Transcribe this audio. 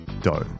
dough